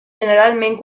generalment